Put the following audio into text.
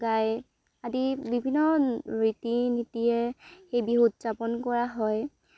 গাই আদি বিভিন্ন ৰীতি নীতিৰে সেই বিহু উদযাপন কৰা হয়